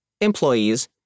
employees